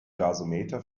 gasometer